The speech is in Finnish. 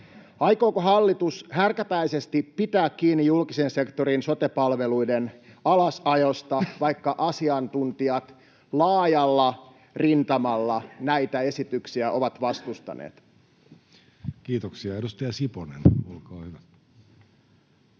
Aikooko hallitus härkäpäisesti pitää kiinni julkisen sektorin sote-palveluiden alasajosta, vaikka asiantuntijat laajalla rintamalla näitä esityksiä ovat vastustaneet? Kiitoksia. — Edustaja Siponen, olkaa hyvä.